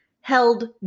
held